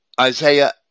Isaiah